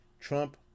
trump